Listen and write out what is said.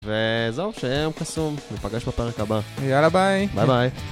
וזהו, שיהיה יום קסום, נפגש בפרק הבא. יאללה, ביי. ביי ביי.